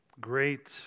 great